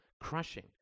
crushing